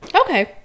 Okay